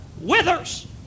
withers